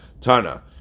Tana